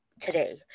today